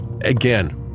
again